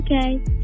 Okay